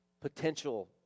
potential